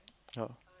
ya